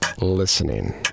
listening